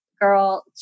girl